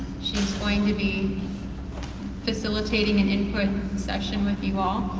she's going to be facilitating an input session with you all.